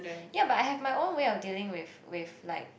ya but I have my own way of dealing with with like